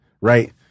right